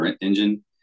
engine